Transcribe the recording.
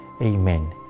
Amen